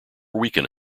weaken